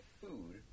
food